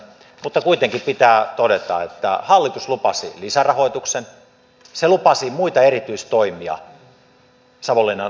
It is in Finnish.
mutta kuitenkin pitää todeta että hallitus lupasi lisärahoituksen se lupasi muita erityistoimia savonlinnan opettajankoulutuslaitokselle